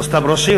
לא סתם ראש עיר,